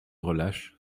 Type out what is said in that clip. relâche